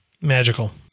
Magical